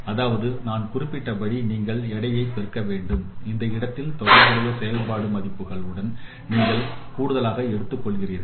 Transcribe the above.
அதாவது தான் குறிப்பிட்டபடி நீங்கள் எடையை பெருக்க வேண்டும் அந்த இடங்களில் தொடர்புடைய செயல்பாட்டு மதிப்புகள் உடன் நீங்கள் கூடுதலாக எடுத்துக் கொள்கிறீர்கள்